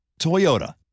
Toyota